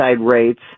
rates